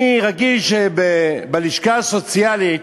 אני רגיל שבלשכה הסוציאלית,